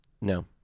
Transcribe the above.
No